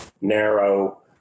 narrow